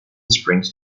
springs